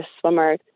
swimmer